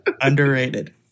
Underrated